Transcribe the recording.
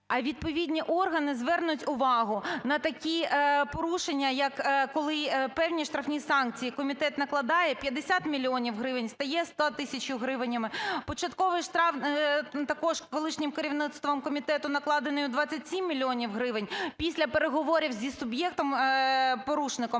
відповідні органи звернуть увагу на такі порушення, як коли певні штрафні санкції комітет накладає, 50 мільйонів гривень стає 100 тисячами гривень. Початковий штраф також колишнім керівництвом комітету накладений у 27 мільйонів гривень після переговорів зі суб'єктом-порушником